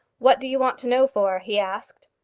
what do you want to know for? he asked.